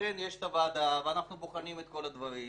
לכן יש את הוועדה, ואנחנו בוחנים את כל הדברים.